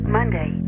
Monday